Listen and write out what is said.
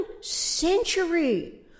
century